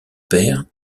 père